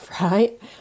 right